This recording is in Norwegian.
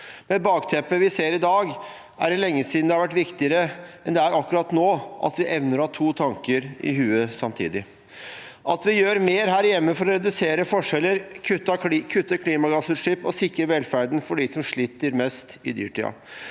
det bakteppet vi har i dag, er det lenge siden det har vært viktigere enn det er akkurat nå, at vi evner å ha to tanker i hodet samtidig: at vi gjør mer her hjemme for å redusere forskjeller, kutte klimagassutslipp og sikre velferden for dem som sliter mest i dyrtiden,